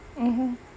mmhmm